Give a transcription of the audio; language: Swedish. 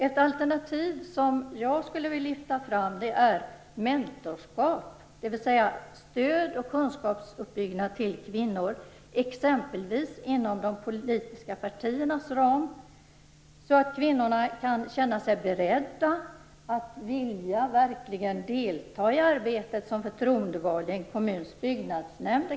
Ett alternativ som jag skulle vilja lyfta fram är mentorskap, dvs. stöd och kunskapsuppbyggnad till kvinnor, exempelvis inom de politiska partiernas ram, så att kvinnorna kan känna sig beredda att verkligen vilja delta i arbetet som företroendevalda i exempelvis en kommuns byggnadsnämnd.